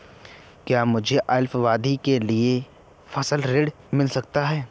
क्या मुझे अल्पावधि के लिए फसल ऋण मिल सकता है?